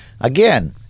Again